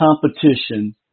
competition